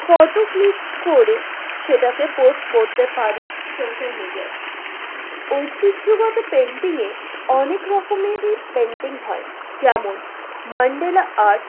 photo click করে সেটাকে post করতে পারি সোশ্যাল মিডিয়াতে ঐতিহ্যগত পেন্টিংয়ে অনেক রকমেরই পেন্টিং হয় যেমন মান্ডালা আর্ট